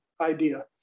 idea